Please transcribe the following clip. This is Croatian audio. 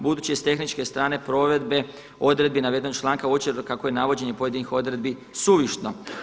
Budući je s tehničke strane provedbe odredbi navedenog članka uočeno kako je navođenje pojedinih odredbi suvišno.